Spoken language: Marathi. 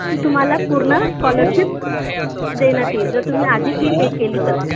ती तुम्हाला पूर्ण स्कॉलरशिप देण्यात येईल जर तुम्ही आधी फी पे केली तर